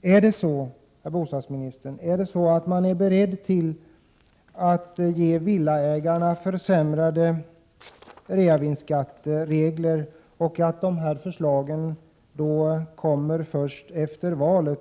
Är det så, herr bostadsminister, att man är beredd att försämra reavinstsskattereglerna för villaägarna och i så fall lägga fram dessa förslag först efter valet?